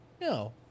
no